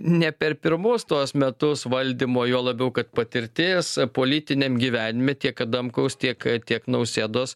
ne per pirmus tuos metus valdymo juo labiau kad patirtis politiniam gyvenime tiek adamkaus tiek tiek nausėdos